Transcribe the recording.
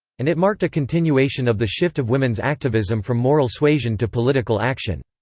and it marked a continuation of the shift of women's activism from moral suasion to political action.